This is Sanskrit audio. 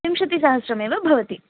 त्रिंशत्सहस्रमेव भवति